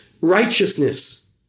Righteousness